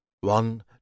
One